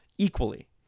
equally